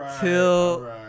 till